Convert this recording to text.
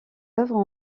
œuvres